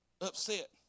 Upset